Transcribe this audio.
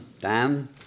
Dan